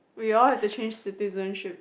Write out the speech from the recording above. we all have to change citizenship